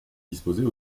disposait